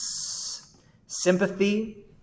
sympathy